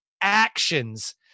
actions